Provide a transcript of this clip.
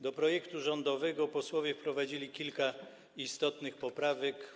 Do projektu rządowego posłowie wprowadzili kilka istotnych poprawek.